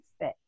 fit